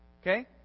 Okay